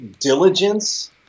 diligence